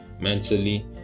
mentally